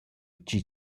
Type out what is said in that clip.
chi